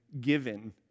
given